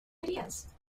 ideas